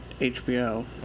HBO